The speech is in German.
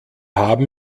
haben